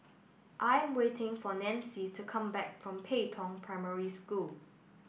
I'm waiting for Nancie to come back from Pei Tong Primary School